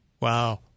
Wow